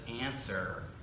answer